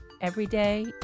everyday